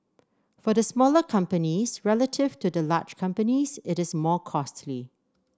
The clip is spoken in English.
for the smaller companies relative to the large companies it is more costly